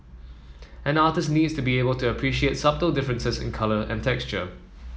an artist needs to be able to appreciate subtle differences in colour and texture